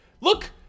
look